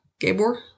Gabor